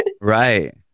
Right